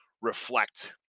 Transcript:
reflect